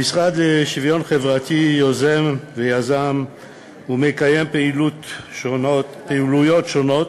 המשרד לשוויון חברתי יוזם ויזם ומקיים פעילויות שונות